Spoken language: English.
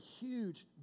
huge